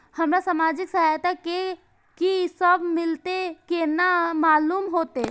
हमरा सामाजिक सहायता में की सब मिलते केना मालूम होते?